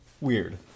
weird